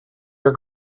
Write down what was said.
your